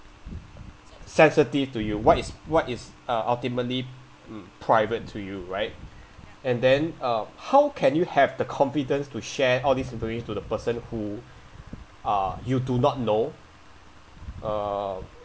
sensitive to you what is what is uh ultimately mm private to you right and then uh how can you have the confidence to share all these information to the person who uh you do not know err